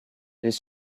les